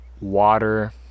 water